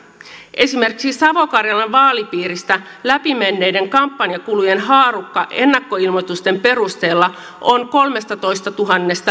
esimerkiksi savo karjalan vaalipiiristä läpi menneiden kampanjakulujen haarukka ennakkoilmoitusten perusteella on kolmetoistatuhatta